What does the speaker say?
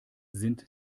sind